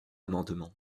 amendement